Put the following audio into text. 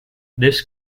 this